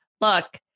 Look